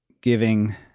giving